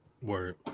Word